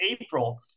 April